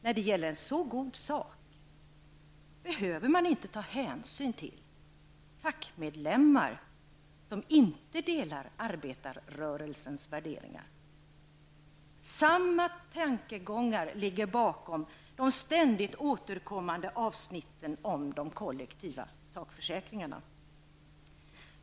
När det gäller en så god sak behöver man inte ta hänsyn till fackmedlemmar som inte delar arbetarrörelsens värderingar. Samma tankegångar ligger bakom de ständigt återkommande avsnitten om de kollektiva sakförsäkringarna.